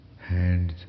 hands